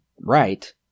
right